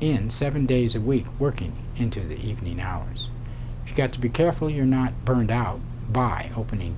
in seven days a week working into the evening hours to get to be careful you're not burned out by opening